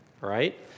right